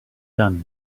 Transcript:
done